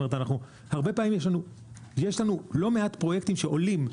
הרבה פעמים יש לנו לא מעט פרויקטים שעולים,